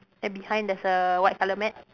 and behind there's a white colour mat